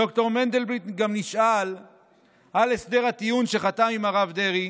ד"ר מנדלבליט גם נשאל על הסדר הטיעון שחתם עם הרב דרעי